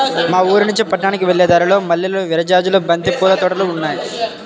మా ఊరినుంచి పట్నానికి వెళ్ళే దారిలో మల్లెలు, విరజాజులు, బంతి పూల తోటలు ఉన్నాయ్